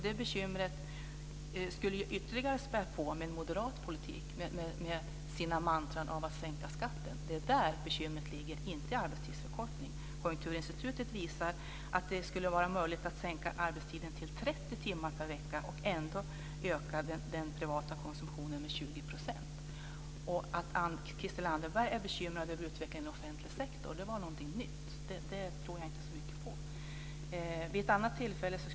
Det bekymret skulle ju spädas på ytterligare med moderaternas politik och deras mantran om att sänka skatten. Det är där bekymret ligger, inte i arbetstidsförkortningen. Konjunkturinstitutet visar att det skulle vara möjligt att sänka arbetstiden till 30 timmar per vecka och ändå öka den privata konsumtionen med 20 %. Att Christel Anderberg är bekymrad över utvecklingen i offentlig sektor var något nytt. Det tror jag inte så mycket på.